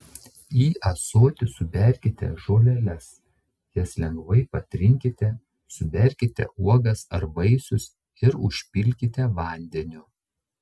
į ąsotį suberkite žoleles jas lengvai patrinkite suberkite uogas ar vaisius ir užpilkite vandeniu